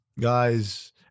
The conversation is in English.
guys